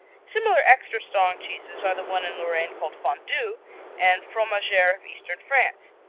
similar extra-strong cheeses are the one in lorraine called fondue and fromagere of eastern france,